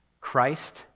Christ